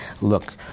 look